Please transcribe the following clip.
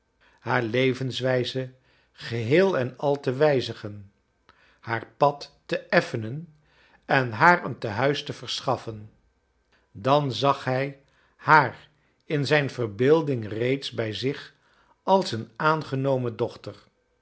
haar levenswijze geheel en al te wijzigen haar pad te effenen en haar een tehuis te verschaffen dan zag hij haar in zijn verbeelding reeds bij zich als zijn aangenomen dochter